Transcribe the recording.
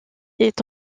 est